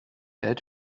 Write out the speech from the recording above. had